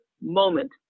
moment